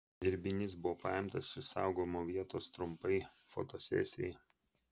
dirbinys buvo paimtas iš saugojimo vietos trumpai fotosesijai